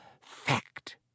fact